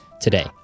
today